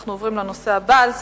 אנחנו עוברים לנושא הבא על סדר-היום: